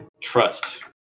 trust